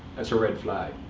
that's a red flag.